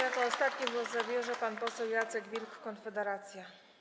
Jako ostatni głos zabierze pan poseł Jacek Wilk, Konfederacja.